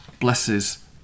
blesses